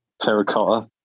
terracotta